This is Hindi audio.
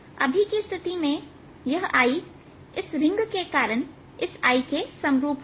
अभी की स्थिति में यह I इस रिंग के कारण इस I के समरूप होगा